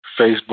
Facebook